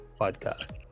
podcast